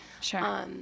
Sure